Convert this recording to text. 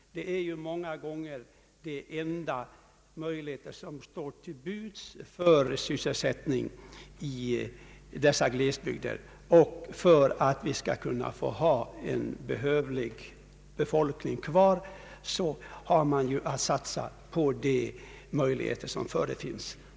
Det är många gånger endast inom jordbruket som möjligheter finns till sysselsättning i dessa glesbygder. För att vi skall få ha kvar en rimlig befolkningsmängd, har man att satsa på de möjligheter som står till buds. Herr talman!